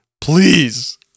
please